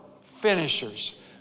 finishers